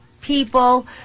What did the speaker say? people